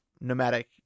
nomadic